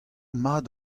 mat